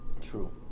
True